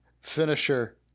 finisher